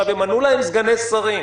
עכשיו ימנו להם סגני שרים,